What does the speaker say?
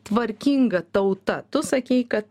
tvarkinga tauta tu sakei kad